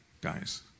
guys